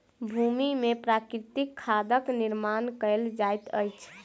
भूमि में प्राकृतिक खादक निर्माण कयल जाइत अछि